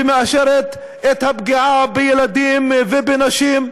ומאשרת את הפגיעה בילדים ובנשים,